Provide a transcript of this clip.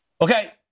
Okay